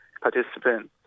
participants